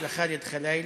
מזל טוב לח'אלד ח'לאילה,